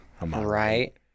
Right